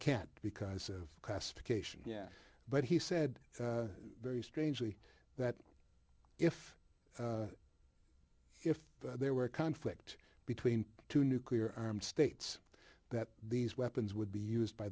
can't because of classification yeah but he said very strangely that if if there were a conflict between two nuclear armed states that these weapons would be used by